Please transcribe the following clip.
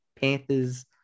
Panthers